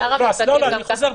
אני חוזר בי.